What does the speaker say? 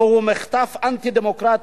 זהו מחטף אנטי-דמוקרטי,